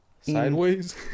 sideways